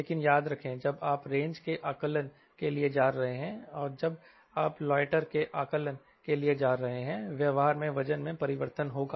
लेकिन याद रखें जब आप रेंज के आकलन के लिए जा रहे हैं और जब आप लाइटर के आकलन के लिए जा रहे हैं व्यवहार में वजन में परिवर्तन होगा